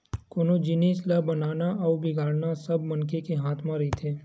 कोनो जिनिस ल बनाना अउ बिगाड़ना सब मनखे के हाथ म रहिथे